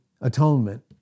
atonement